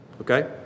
Okay